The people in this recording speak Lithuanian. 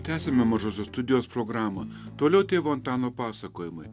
tęsiame mažosios studijos programą toliau tėvo antano pasakojimai